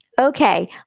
Okay